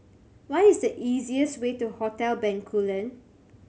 what is the easiest way to Hotel Bencoolen